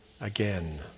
again